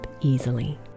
easily